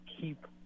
keep